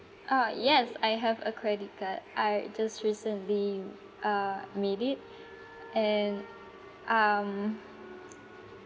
uh yes I have a credit card I just recently uh made it and um